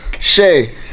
Shay